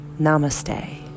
namaste